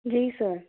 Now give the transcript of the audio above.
जी sir